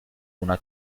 una